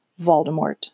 Voldemort